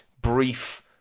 brief